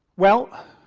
well,